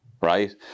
right